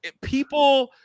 people